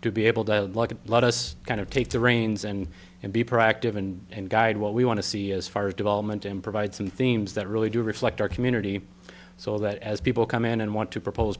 to be able to let us kind of take the reins and be proactive and guide what we want to see as far as development and provide some themes that really do reflect our community so that as people come in and want to propose